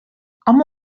ama